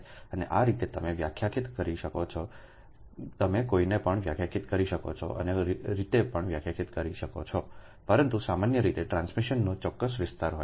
અને આ રીતે તમે વ્યાખ્યાયિત કરી શકો છો તમે કોઈને પણ વ્યાખ્યાયિત કરી શકો છો અન્ય રીતે પણ વ્યાખ્યાયિત કરી શકો છો પરંતુ સામાન્ય રીતે ટ્રાન્સમિશનનો ચોક્કસ વિસ્તાર હોય છે